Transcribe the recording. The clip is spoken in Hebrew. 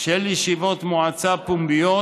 של ישיבות מועצה פומביות,